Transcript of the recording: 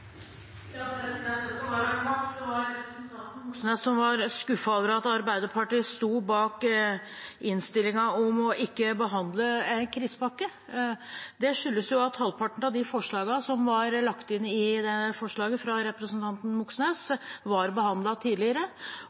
Jeg skal være kort. Representanten Moxnes var skuffet over at Arbeiderpartiet sto bak innstillingen om ikke å behandle en krisepakke. Det skyldes at halvparten av forslagene som var lagt inn i forslaget fra representanten Moxnes, var behandlet tidligere.